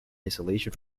isolation